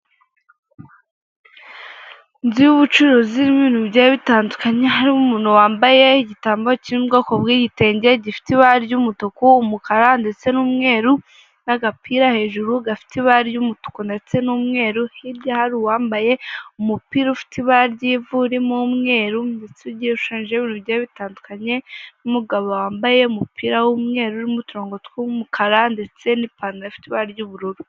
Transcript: Inzu y'ubucuruzi irimo ibintu bigiye bitandukanye, harimo umuntu wambaye igitambaro kiri mu bwoko bw'igitenge, gifite ibara ry'umutuku, umukara ndetse n'umweru n'agapira hejuru gafite ibara ry'umutuku ndetse n'umweru, hirya hari uwambaye umupira ufite ibara ry'ivu urimo umweru ndetse ugiye ushushanyijeho ibintu bigiye bitandukanye n'umugabo wambaye umupira w'umweru urimo uturongo tw'umukara ndetse n'ipantaro ifite ibara ry'ubururu.